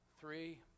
Three